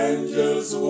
Angels